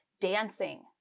dancing